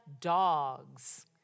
dogs